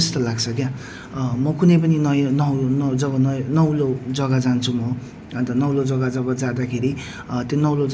सर्वप्रथम त यो ल लोनावला भनेको चाहिँ महाराष्ट्र भन्ने जग्गामा पर्छ है म पनि महाराष्ट्र मुनसी भन्ने जग्गामा चाहिँ म जब गर्थेँ